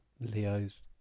Leo's